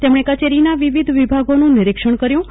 તેમને કચેરીના વિવિધ વિભાગોનું નિરીક્ષણ કર્યું હતું